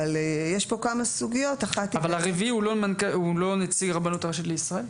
אבל הרביעי הוא לא נציג הרבנות הראשית לישראל?